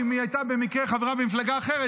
שאם היא הייתה במקרה חברה במפלגה אחרת